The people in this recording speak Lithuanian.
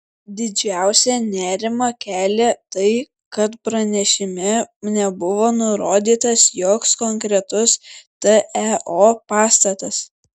didžiausią nerimą kėlė tai kad pranešime nebuvo nurodytas joks konkretus teo pastatas